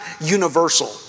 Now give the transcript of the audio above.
universal